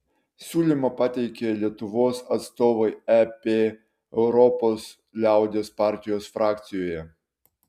siūlymą pateikė lietuvos atstovai ep europos liaudies partijos frakcijoje